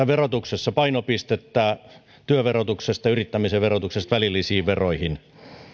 verotuksessa painopistettä työn verotuksesta yrittämisen verotuksesta välillisiin veroihin